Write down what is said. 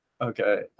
Okay